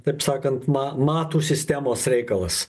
taip sakant ma matų sistemos reikalas